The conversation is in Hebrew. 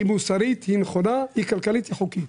היא מוסרית, נכונה, כלכלית וחוקית.